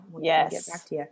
yes